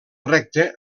recte